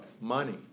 Money